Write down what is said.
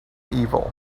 evil